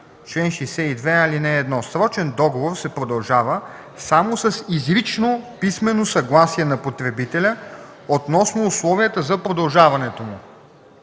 чл. 62а: „Чл. 62а.(1) Срочен договор се продължава само с изрично писмено съгласие на потребителя относно условията за продължаването му.